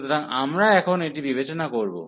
সুতরাং আমরা এখন এটি বিবেচনা করব